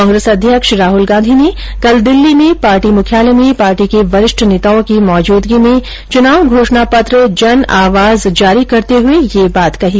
कांग्रेस अध्यक्ष राहल गांधी ने कल दिल्ली में पार्टी मुख्यालय में पार्टी के वरिष्ठ नेताओं की उपस्थिति में चुनाव घोषणा पत्र जन आवाज जारी करते हुए यह बात कही